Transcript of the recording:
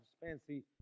fancy